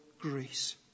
grace